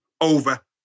Over